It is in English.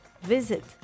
Visit